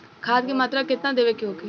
खाध के मात्रा केतना देवे के होखे?